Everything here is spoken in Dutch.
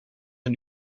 een